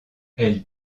elle